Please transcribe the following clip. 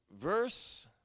verse